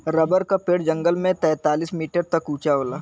rubber क पेड़ जंगल में तैंतालीस मीटर तक उंचा होला